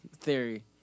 Theory